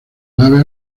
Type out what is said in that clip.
naves